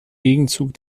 gegenzug